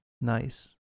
Nice